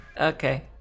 Okay